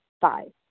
Five